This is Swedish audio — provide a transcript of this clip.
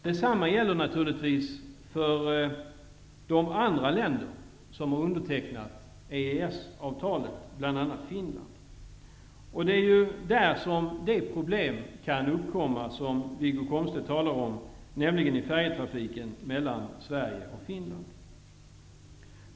Detsamma gäller naturligtvis för de andra länderna som har undertecknat EES-avtalet, bl.a. Finland. I färjetrafiken mellan Sverige och Finland kan det uppstå en del problem, som Wiggo Komstedt talar om.